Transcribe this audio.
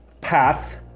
path